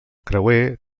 creuer